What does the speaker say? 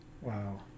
Wow